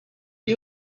you